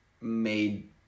made